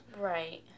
Right